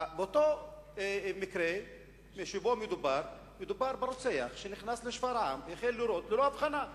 באותו מקרה מדובר ברוצח שנכנס לשפרעם והחל לירות ללא הבחנה.